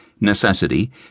necessity